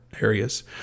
areas